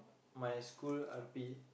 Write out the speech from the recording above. my school R_P